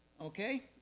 okay